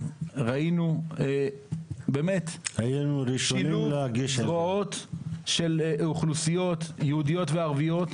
ראינו באמת שילוב זרועות של אוכלוסיות יהודיות וערביות,